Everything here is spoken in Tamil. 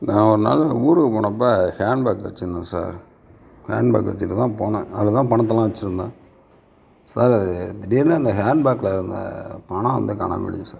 நான் ஒரு நாள் ஊருக்கு போனப்போ ஹேண்ட்பேக் வச்சுருந்தேன் சார் ஹேண்ட்பேக் எடுத்துகிட்டு தான் போனேன் அதில் தான் பணத்தையெல்லாம் வச்சுருந்தேன் சார் அது திடீர்னு அந்த ஹேண்ட்பேக்கில் இருந்த பணம் வந்து காணாமல் போயிடுச்சு சார்